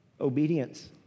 obedience